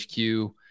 HQ